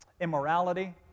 immorality